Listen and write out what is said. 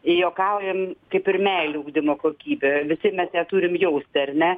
juokaujam kaip ir meilė ugdymo kokybė visi mes ją turim jausti ar ne